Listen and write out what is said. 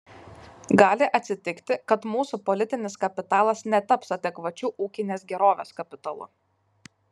gali atsitikti kad mūsų politinis kapitalas netaps adekvačiu ūkinės gerovės kapitalu